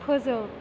फोजों